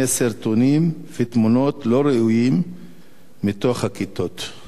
סרטונים ותמונות לא ראויים מתוך הכיתות?